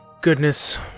goodness